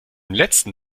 letzten